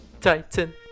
Titan